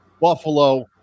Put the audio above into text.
Buffalo